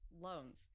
loans